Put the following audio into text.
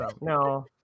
No